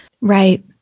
Right